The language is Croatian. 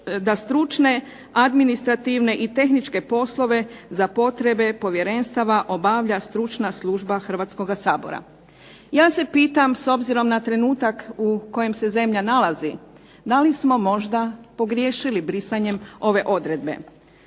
da stručne administrativne i tehničke poslove za potrebe povjerenstva obavlja Stručna služba Hrvatskoga sabora. Ja se pitam s obzirom na trenutak u kojem se zemlja nalazi, da li smo možda pogriješili brisanjem ove odredbe.